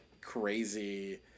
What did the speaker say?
crazy